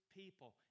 people